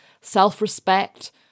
self-respect